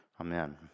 Amen